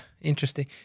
interesting